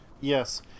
Yes